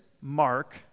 Mark